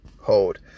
hold